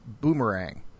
Boomerang